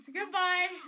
Goodbye